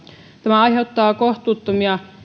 tämä aiheuttaa kohtuuttomia